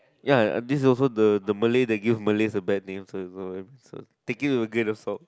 ya and this also the the Malay that give Malays the bad name so as well thinking of a greater song